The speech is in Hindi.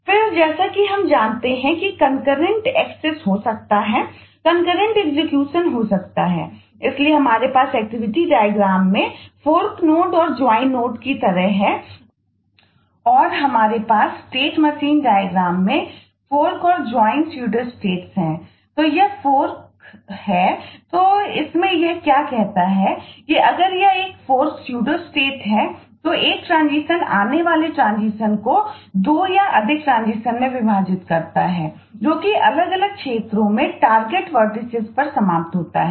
फिर जैसा कि हम जानते हैं कि कंकररेंट एक्सेस पर समाप्त होता है